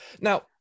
Now